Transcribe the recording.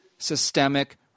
systemic